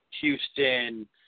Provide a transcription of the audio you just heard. houston